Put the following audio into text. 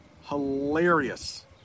Hilarious